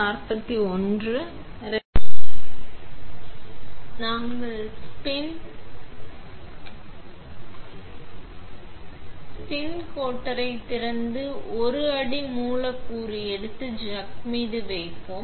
நாங்கள் ஸ்பின் கோட்டரைத் திறந்து ஒரு அடி மூலக்கூறு எடுத்து சக் மீது வைப்போம்